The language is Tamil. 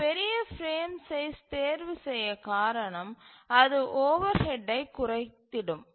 நாம் பெரிய பிரேம் சைஸ் தேர்வு செய்ய காரணம் அது ஓவர்ஹெட்டை குறைத்திடும்